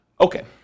Okay